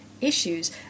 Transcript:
issues